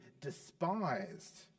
despised